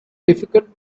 difficult